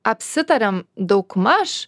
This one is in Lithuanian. apsitariam daugmaž